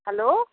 hello